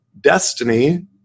destiny